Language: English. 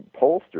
pollsters